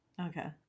Okay